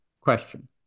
question